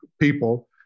people